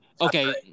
Okay